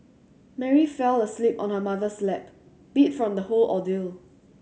Mary fell asleep on her mother's lap beat from the whole ordeal